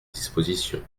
disposition